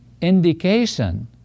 indication